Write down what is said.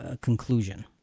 conclusion